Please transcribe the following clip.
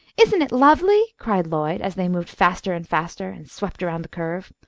isn't it lovely? cried lloyd, as they moved faster and faster and swept around the curve.